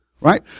right